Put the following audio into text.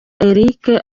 eric